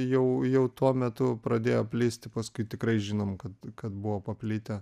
jau jau tuo metu pradėjo plisti paskui tikrai žinom kad kad buvo paplitę